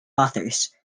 authors